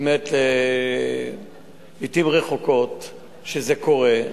באמת, לעתים רחוקות זה קורה.